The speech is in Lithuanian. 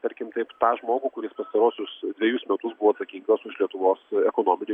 tarkim kaip tą žmogų kuris pastaruosius dvejus metus buvo atsakingas už lietuvos ekonominį